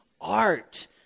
art